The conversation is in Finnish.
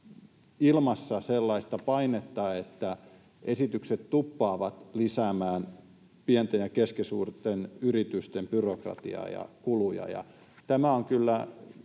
ilmassa sellaista painetta, että esitykset tuppaavat lisäämään pienten ja keskisuurten yritysten byrokratiaa ja kuluja. Tämä on kyllä